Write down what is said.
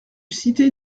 cité